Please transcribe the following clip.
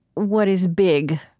what is big,